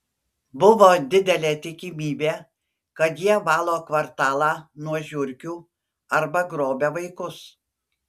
buvo didelė tikimybė kad jie valo kvartalą nuo žiurkių arba grobia vaikus